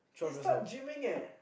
he start gymming